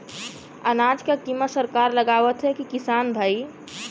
अनाज क कीमत सरकार लगावत हैं कि किसान भाई?